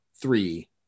three